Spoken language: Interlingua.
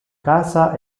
casa